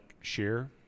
share